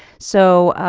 so,